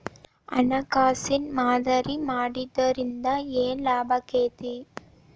ಹಣ್ಕಾಸಿನ್ ಮಾದರಿ ಮಾಡಿಡೊದ್ರಿಂದಾ ಏನ್ ಲಾಭಾಕ್ಕೇತಿ?